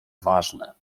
ważne